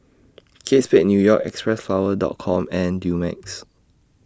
Kate Spade New York Xpressflower Dot Com and Dumex